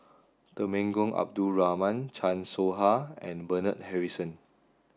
Temenggong Abdul Rahman Chan Soh Ha and Bernard Harrison